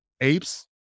apes